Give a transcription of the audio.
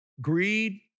greed